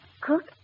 Cook